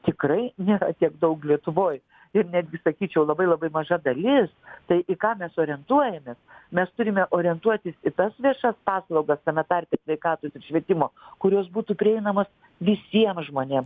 tikrai nėra tiek daug lietuvoj ir netgi sakyčiau labai labai maža dalis tai į ką mes orientuojamės mes turime orientuotis į tas viešas paslaugas tame tarpe sveikatos švietimo kurios būtų prieinamos visiem žmonėm